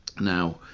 now